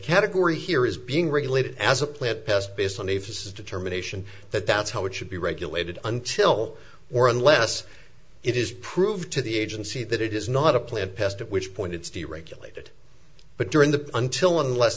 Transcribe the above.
category here is being regulated as a plant pest based on a fist determination that that's how it should be regulated until or unless it is proved to the agency that it is not a plant pest at which point it's deregulated but during the until unless